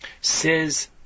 says